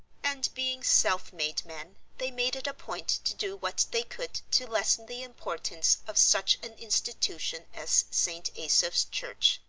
and being self-made men they made it a point to do what they could to lessen the importance of such an institution as st. asaph's church.